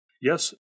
Yes